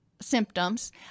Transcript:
symptoms